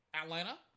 Atlanta